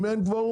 אם אין קוורום,